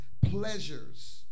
pleasures